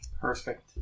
Perfect